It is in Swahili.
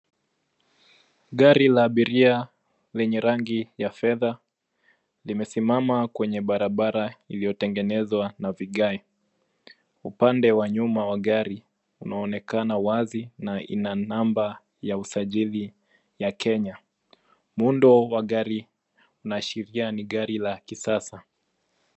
Gari la abiria lenye rangi ya fedha limesimama kwenye barabara iliyotengenezwa na vigae. Upande wa nyuma wa gari inaonekana wazi na ina namba ya usajili ya Kenya. Muundo wa gari inaashiria ni gari la kisasa.